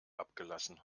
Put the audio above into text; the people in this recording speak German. abgelassen